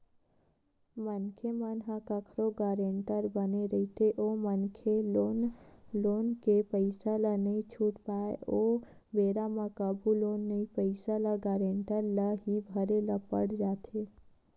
मनखे मन ह कखरो गारेंटर बने रहिथे ओ मनखे लोन के पइसा ल नइ छूट पाय ओ बेरा म कभू लोन के पइसा ल गारेंटर ल ही भरे ल पड़ जाथे